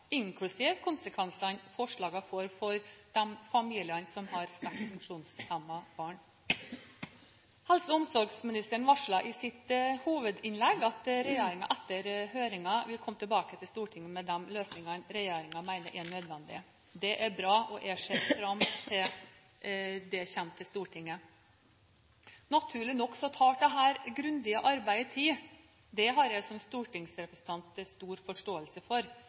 inklusiv konsekvensene forslagene får for de familiene som har sterkt funksjonshemmede barn. Helse- og omsorgsministeren varslet i sitt hovedinnlegg at regjeringen etter høringen vil komme tilbake til Stortinget med de løsningene regjeringen mener er nødvendige. Det er bra, og jeg ser fram til at det kommer til Stortinget. Naturlig nok tar dette grundige arbeidet tid. Det har jeg som stortingsrepresentant stor forståelse for.